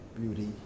beauty